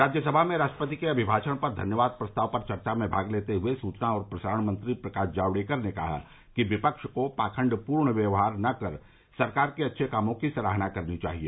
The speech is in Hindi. राज्यसभा में राष्ट्रपति के अभिभाषण पर धन्यवाद प्रस्ताव पर चर्चा में भाग लेते हुए सूचना और प्रसारण मंत्री प्रकाश जावडेकर ने कहा कि विपक्ष को पाखंड पूर्ण व्यवहार न कर सरकार के अच्छे कामों की सराहना करनी चाहिए